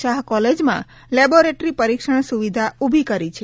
શાહ કોલેજમાં લેબોરેટરી પરીક્ષણ સુવિધા ઉભી કરી છે